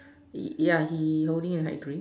ya he holding a high drink